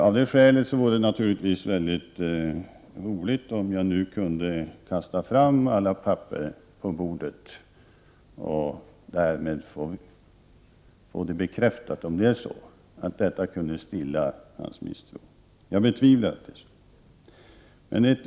Av detta skäl vore det naturligtvis väldigt roligt om jag nu kunde lägga upp alla papper på bordet och därmed få bekräftat om detta kunde stilla Jerry Martingers misstro. Jag betvivlar att så vore fallet.